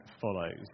follows